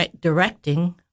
directing